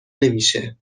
نمیشه